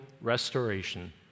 restoration